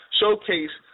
showcase